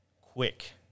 Quick